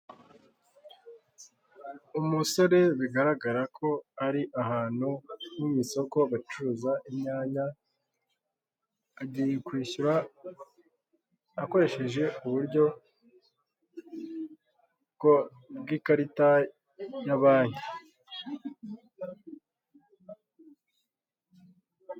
Umusore bigaragara ko ari ahantu nko mu isoko bacuruza inyanya agiye kwishyura akoresheje uburyo bw'ikarita ya banki.